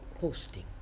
hosting